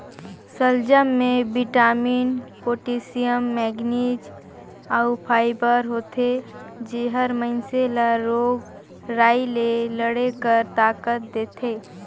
सलजम में vitamin, potassium, manganese अउ फाइबर होथे जेहर मइनसे ल रोग राई ले लड़े कर ताकत देथे